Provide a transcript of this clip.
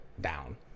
down